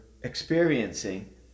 experiencing